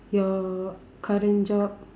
your current job